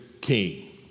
king